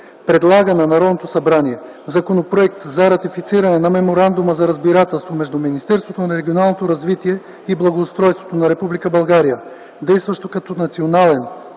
предлага на Народното събрание Законопроект за ратифициране на Меморандума за разбирателство между Министерството на регионалното развитие и благоустройството на